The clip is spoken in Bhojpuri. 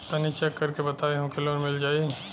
तनि चेक कर के बताई हम के लोन मिल जाई?